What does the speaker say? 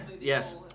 Yes